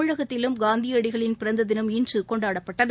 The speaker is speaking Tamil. தமிழகத்திலும் காந்தியடிகளின் பிறந்ததினம் இன்றுகொண்டாடப்படுகிறது